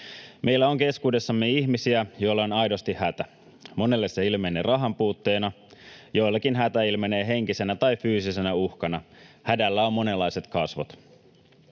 Meillä on keskuudessamme ihmisiä, joilla on aidosti hätä. Monella se ilmenee rahanpuutteena. Joillakin hätä ilmenee henkisenä tai fyysisenä uhkana. Hädällä on monenlaiset kasvot.